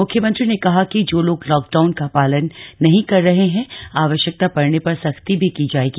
मुख्यमंत्री ने कहा कि जो लोग लॉकडाउन का पालन नहीं कर रहे हैं आवश्यकता पड़ने पर सख्ती भी की जाएगी